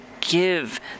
give